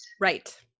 Right